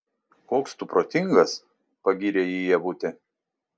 koks tu protingas pagyrė jį ievutė